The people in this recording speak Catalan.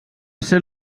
ser